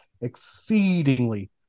exceedingly